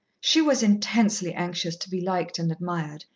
she was intensely anxious to be liked and admired,